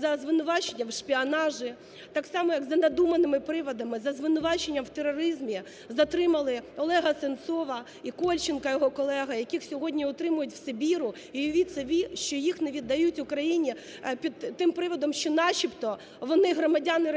за звинуваченням в шпіонажі. Так само, як за надуманими приводами, за звинуваченням в тероризмі, затримали Олега Сенцова і Кольченка, його колегу, яких сьогодні утримують в Сибіру. І уявіть собі, що їх не віддають Україні під тим приводом, що начебто вони – громадяни Російської